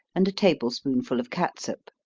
and a table spoonful of catsup.